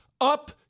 up